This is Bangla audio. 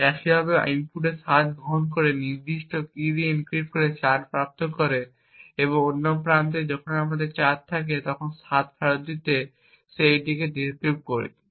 একইভাবে ইনপুট 7 গ্রহণ করে একটি নির্দিষ্ট কী দিয়ে এনক্রিপ্ট করে 4 প্রাপ্ত করে এবং অন্য প্রান্তে যখন আমাদের 4 থাকে তখন আমরা 7টি ফেরত পেতে একই কী দিয়ে এটি ডিক্রিপ্ট করি